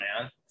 man